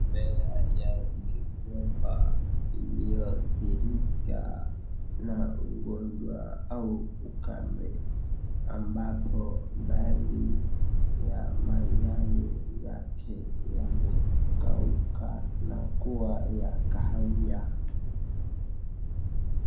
Mimea ya migomba iliyoadhirika na ugonjwa au ukame ambapo baadhi ya majani yake yaamekauka na kuwa ya kahawia.